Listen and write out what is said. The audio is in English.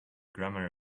grammar